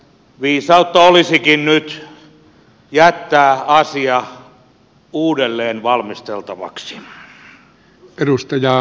viisautta olisikin nyt jättää asia uudelleen valmisteltavaksi